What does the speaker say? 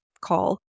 call